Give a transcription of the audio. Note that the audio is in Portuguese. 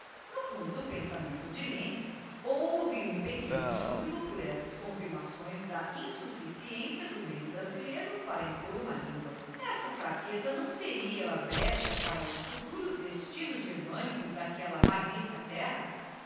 no fundo do pensamento de lentz houve um pequeno jubilo por essas confirmações da insufliciencia do meio brasileiro para impor uma lingua essa fraqueza não seria a brecha para os futuros destinos germânicos d'aquella magnifica terra